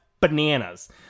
bananas